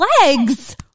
legs